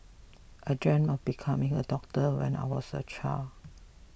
I dreamed of becoming a doctor when I was a child